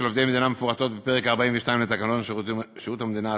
עובדי מדינה מפורטות בפרק 42 לתקנון שירות המדינה,